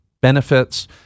benefits